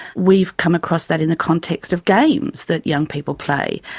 we've come across that in the context of games that young people play.